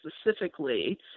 specifically